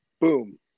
Boom